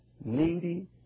needy